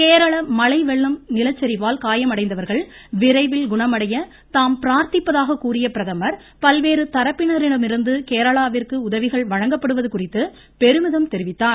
கேரள மழை வெள்ளம் நிலச்சரிவால் காயமடைந்தவர்கள் விரைவில் குணமடைய தாம் பிரார்த்திப்பதாக கூறிய பிரதமர் பல்வேறு தரப்பினரிடமிருந்து கேரளாவிற்கு உதவிகள் வழங்கப்படுவது குறித்து பெருமிதம் தெரிவித்தார்